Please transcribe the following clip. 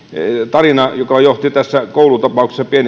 tarinassa joka johti tässä koulutapauksessa